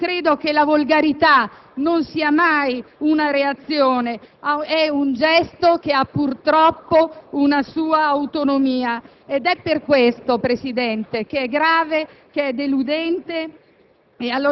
io credo che la volgarità non sia mai una reazione; è un gesto che ha purtroppo una sua autonomia. Ed è per questo, Presidente, che è grave e deludente